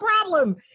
problem